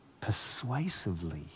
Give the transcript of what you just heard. persuasively